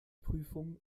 prüfung